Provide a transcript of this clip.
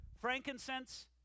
frankincense